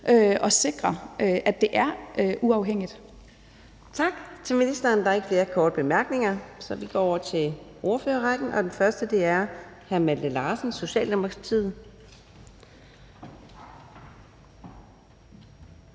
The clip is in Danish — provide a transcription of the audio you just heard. næstformand (Karina Adsbøl): Tak til ministeren. Der er ikke flere korte bemærkninger, så vi går over til ordførerrækken, og den første er hr. Malte Larsen, Socialdemokratiet.